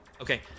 Okay